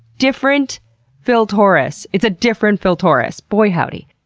different phil torres! it's a different phil torres! boy howdy.